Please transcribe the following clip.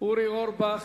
אורי אורבך.